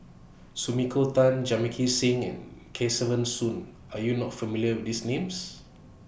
Sumiko Tan Jamit Singh and Kesavan Soon Are YOU not familiar with These Names